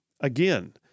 Again